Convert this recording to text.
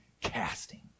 casting